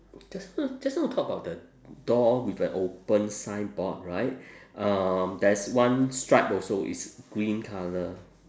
just now just now you talk about the door with a open signboard right um there's one stripe also it's green colour